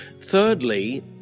Thirdly